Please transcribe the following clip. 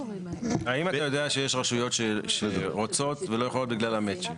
האם אתה יודע שיש רשויות שרוצות ולא יכולות בגלל המצ'ינג?